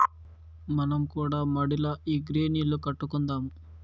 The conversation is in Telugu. మనం కూడా మడిల ఈ గ్రీన్ ఇల్లు కట్టుకుందాము